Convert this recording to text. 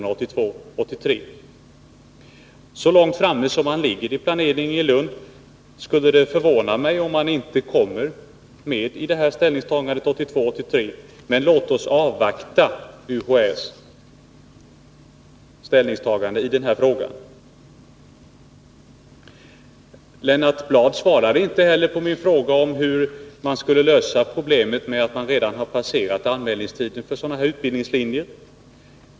Med tanke på att man ligger så långt framme i planeringen i Lund skulle det förvåna mig, om man där inte kommer med vid ställningstagandet 1982/83. Låt oss dock nu avvakta UHÄ:s bedömning i denna fråga. Lennart Bladh svarade inte heller på min fråga hur man skulle lösa problemet med att anmälningstiden till dessa utbildningslinjer har gått ut.